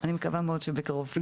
אני מקווה מאוד שבקרוב.